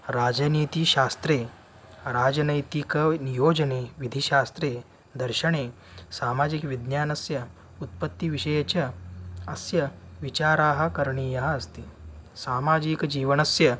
राजनीतिशास्त्रे राजनैतिकनियोजने विधिशास्त्रे दर्शने सामाजिकविज्ञानस्य उत्पत्तिविषये च अस्य विचारः करणीयः अस्ति सामाजिकजीवनस्य